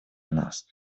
нас